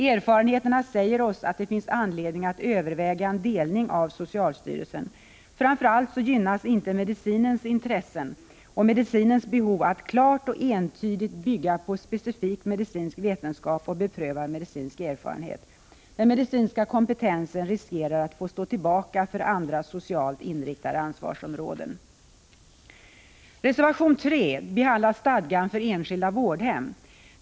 Det har visat sig att det finns anledning att överväga en delning av socialstyrelsen, framför allt för att gynna medicinens intressen och medici nens behov att klart och entydigt bygga på specifik medicinsk vetenskap och beprövad medicinsk erfarenhet. Den medicinska kompetensen riskerar annars att få stå tillbaka för andra, socialt inriktade ansvarsområden. Reservation 3 behandlar stadgan för enskilda vårdhem.